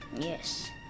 Yes